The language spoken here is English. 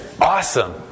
Awesome